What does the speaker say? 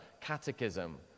Catechism